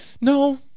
No